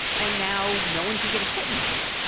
and now no one can get a foot in the door.